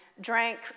drank